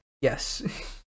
yes